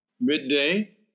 midday